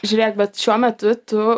žiūrėk bet šiuo metu tu